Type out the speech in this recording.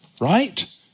right